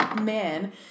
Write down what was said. man